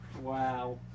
Wow